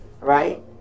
right